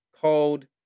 called